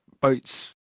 boats